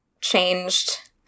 changed